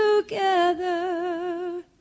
together